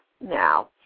now